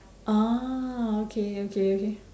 orh okay okay okay